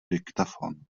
diktafon